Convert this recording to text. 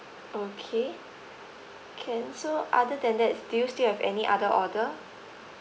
okay can so other than that do you still have any other order